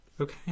Okay